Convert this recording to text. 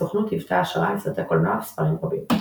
הסוכנות היוותה השראה לסרטי קולנוע וספרים רבים.